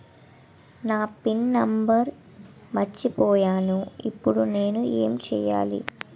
నా pin number మర్చిపోయాను ఇప్పుడు నేను ఎంచేయాలి?